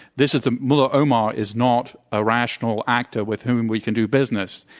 this is the mullah omar is not a rational actor with whom we can do business.